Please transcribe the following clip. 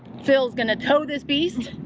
phil's gonna tow this beast.